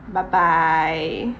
bye bye